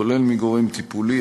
כולל מגורם טיפולי.